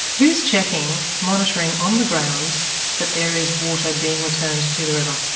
who's checking, monitoring on the ground that there is water being returned to the river?